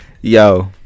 Yo